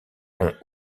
ont